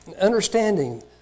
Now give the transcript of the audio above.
understanding